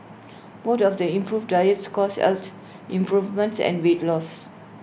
both of the improved diets caused out improvements and weight loss